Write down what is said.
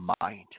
mind